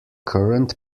current